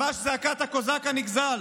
ממש זעקת הקוזק הנגזל.